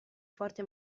forte